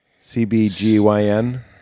CBGYN